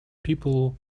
people